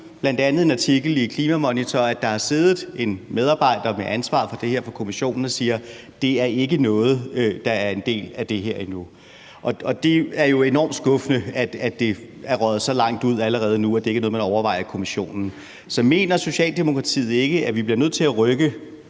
bl.a. i en artikel i Klimamonitor, at der har siddet en medarbejder med ansvar for det her i Kommissionen og sagt, at det ikke er noget, der en del af det her endnu. Det er jo enormt skuffende, at det er røget så langt ud allerede nu, at det ikke er noget, man overvejer i Kommissionen. Så mener Socialdemokratiet ikke, at vi bliver nødt til at rykke